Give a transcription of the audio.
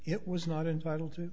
it was not entitled to